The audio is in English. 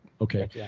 okay